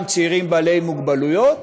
גם צעירים בעלי מוגבלויות,